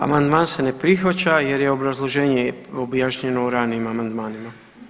Amandman se ne prihvaća jer je obrazloženje objašnjeno u ranijim amandmanima.